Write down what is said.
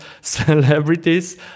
celebrities